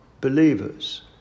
believers